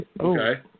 Okay